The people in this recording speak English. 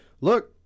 look